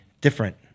different